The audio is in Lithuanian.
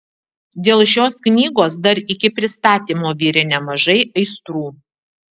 dėl šios knygos dar iki pristatymo virė nemažai aistrų